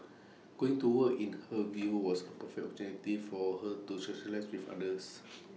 going to work in her view was A perfect opportunity for her to socialise with others